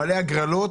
המון הגרלות,